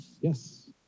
yes